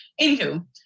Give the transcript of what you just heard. Anywho